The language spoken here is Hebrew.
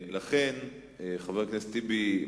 חבר הכנסת טיבי,